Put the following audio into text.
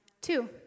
Two